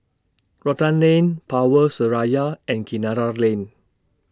Rotan Lane Power Seraya and Kinara Lane